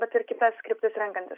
bet ir kitas kryptis renkantis